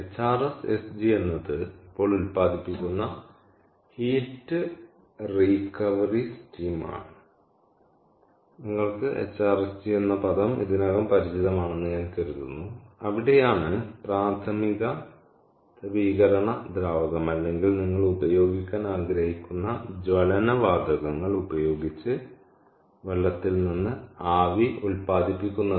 HRSG എന്നത് ഇപ്പോൾ ഉത്പാദിപ്പിക്കുന്ന ഹീറ്റ് റിക്കവറി സ്റ്റീം ആണ് നിങ്ങൾക്ക് HRSG എന്ന പദം ഇതിനകം പരിചിതമാണെന്ന് ഞാൻ കരുതുന്നു അവിടെയാണ് പ്രാഥമിക തപീകരണ ദ്രാവകം അല്ലെങ്കിൽ നിങ്ങൾ ഉപയോഗിക്കാൻ ആഗ്രഹിക്കുന്ന ജ്വലന വാതകങ്ങൾ ഉപയോഗിച്ച് വെള്ളത്തിൽ നിന്ന് ആവി ഉത്പാദിപ്പിക്കുന്നത്